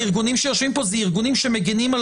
הארגונים שיושבים פה זה ארגונים שמגנים על